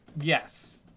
Yes